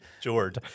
George